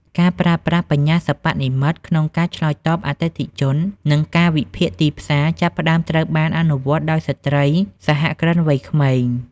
ការប្រើប្រាស់បញ្ញាសិប្បនិម្មិត ក្នុងការឆ្លើយតបអតិថិជន និងការវិភាគទីផ្សារ ចាប់ផ្តើមត្រូវបានអនុវត្តដោយស្ត្រីសហគ្រិនវ័យក្មេង។